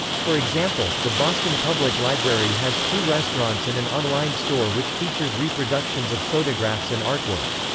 for example, the boston public library has two restaurants and an online store which features reproductions of photographs and artwork.